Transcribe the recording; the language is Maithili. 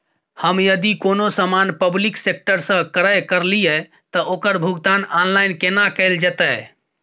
हम यदि कोनो सामान पब्लिक सेक्टर सं क्रय करलिए त ओकर भुगतान ऑनलाइन केना कैल जेतै?